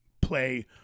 play